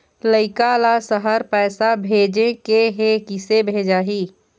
लइका ला शहर पैसा भेजें के हे, किसे भेजाही